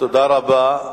תודה רבה.